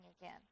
again